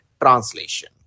translation